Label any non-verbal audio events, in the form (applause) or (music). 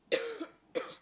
(coughs)